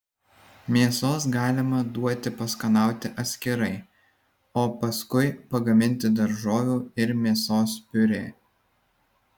mėsos galima duoti paskanauti atskirai o paskui pagaminti daržovių ir mėsos piurė